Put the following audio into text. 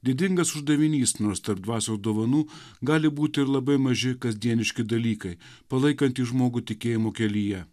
didingas uždavinys nors tarp dvasios dovanų gali būti ir labai maži kasdieniški dalykai palaikantys žmogų tikėjimo kelyje